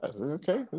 Okay